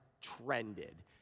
trended